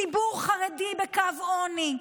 ציבור חרדי בקו עוני,